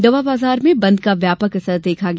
दवा बाजार में बंद का व्यापक असर देखा गया